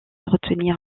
retenir